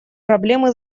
проблемы